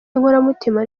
inkoramutima